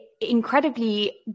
incredibly